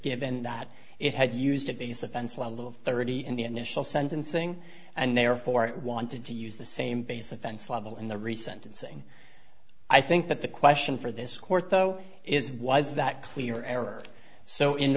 given that it had used a base offense a little thirty in the initial sentencing and therefore wanted to use the same basic fence level in the recent saying i think that the question for this court though is was that clear error so in